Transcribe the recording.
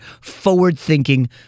forward-thinking